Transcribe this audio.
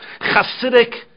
Hasidic